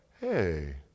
hey